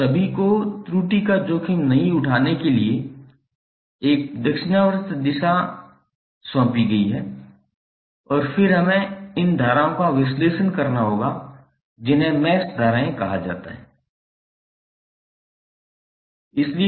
अब सभी को त्रुटि का जोखिम नहीं उठाने के लिए एक दक्षिणावर्त दिशा सौंपी गई है और फिर हमें इन धाराओं का विश्लेषण करना होगा जिन्हें मैश धाराएं कहा जाता है